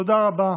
תודה רבה